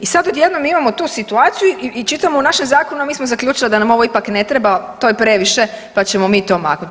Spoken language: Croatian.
I sad odjednom imamo tu situaciju i čitamo u našem zakonu, a mi smo zaključili da nam ovo ipak ne treba, to je previše, pa ćemo mi to maknuti.